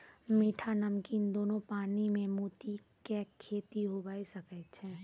मीठा, नमकीन दोनो पानी में मोती के खेती हुवे सकै छै